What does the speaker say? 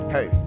Hey